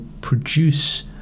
produce